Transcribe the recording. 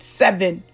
seven